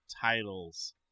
titles